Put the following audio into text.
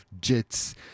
jets